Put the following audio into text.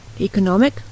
economic